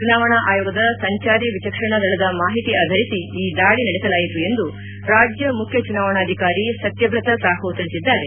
ಚುನಾವಣಾ ಆಯೋಗದ ಸಂಚಾರಿ ವಿಚಕ್ಷಣಾ ದಳದ ಮಾಹಿತಿ ಆಧರಿಸಿ ಈ ದಾಳಿ ನಡೆಸಲಾಯಿತು ಎಂದು ರಾಜ್ಯ ಮುಖ್ಯ ಚುನಾವಣಾಧಿಕಾರಿ ಸತ್ಯಬ್ರತ ಸಾಹು ತಿಳಿಸಿದ್ದಾರೆ